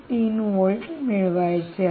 3 volt मिळवायचे आहे